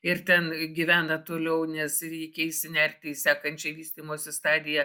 ir ten gyvena toliau nes reikia išsinerti į sekančią vystymosi stadiją